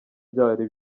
byari